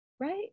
Right